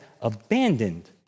abandoned